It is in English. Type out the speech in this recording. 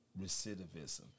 recidivism